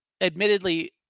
admittedly